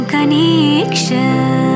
Connection